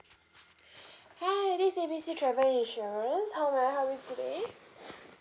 hi this is A B C travel insurance how may I help you today